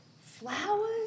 flowers